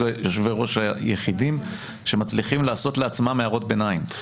יושבי ראש היחידים שמצליחים לעשות לעצמם הערות ביניים.